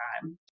time